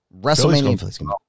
WrestleMania